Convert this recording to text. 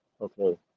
okay